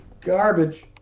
garbage